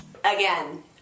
Again